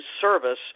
service